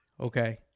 Okay